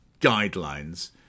guidelines